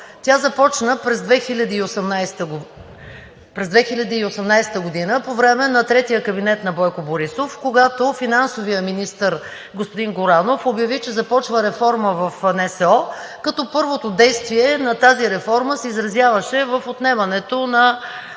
Тя започна през 2018 г. по време на третия кабинет на Бойко Борисов, когато финансовият министър господин Горанов обяви, че започва реформа в НСО, като първото действие на тази реформа се изразяваше в отнемането на